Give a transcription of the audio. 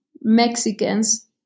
Mexicans